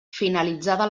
finalitzada